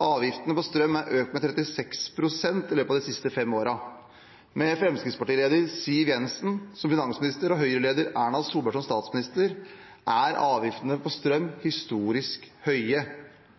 Avgiftene på strøm er økt med 36 pst. i løpet av de siste fem årene. Med Fremskrittsparti-leder Siv Jensen som finansminister og Høyre-leder Erna Solberg som statsminister er avgiftene på strøm historisk høye.